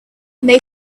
they